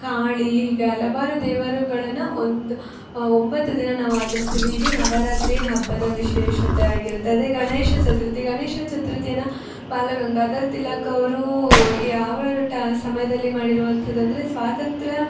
ಕಾಳಿ ಹೀಗೆ ಹಲವಾರು ದೇವರುಗಳನ್ನ ಒಂದು ಒಂಬತ್ತು ದಿನ ನಾವು ಆಚರಿಸ್ತೀವಿ ಇದು ನವರಾತ್ರಿ ಹಬ್ಬದ ವಿಶೇಷತೆ ಆಗಿರುತ್ತೆ ಅದೆ ಗಣೇಶ ಚತುರ್ಥಿ ಗಣೇಶ ಚತುರ್ಥಿನ ಬಾಲಗಂಗಾಧರ್ ತಿಲಕ್ ಅವರು ಯಾವ ಟ ಸಮಯದಲ್ಲಿ ಮಾಡಿರುವಂಥದು ಅಂದರೆ ಸ್ವಾತಂತ್ರ್ಯ